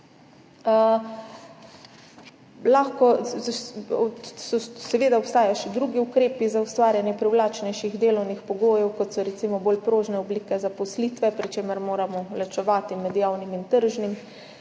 Seveda obstajajo še drugi ukrepi za ustvarjanje privlačnejših delovnih pogojev, kot so recimo bolj prožne oblike zaposlitve, pri čemer moramo ločevati med javnim in tržnim,